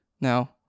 now